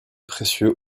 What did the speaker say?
précieux